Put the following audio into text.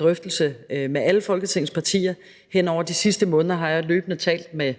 drøftelse med alle Folketingets partier. Hen over de sidste måneder har jeg løbende talt med